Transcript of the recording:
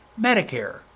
Medicare